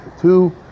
two